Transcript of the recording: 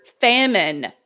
famine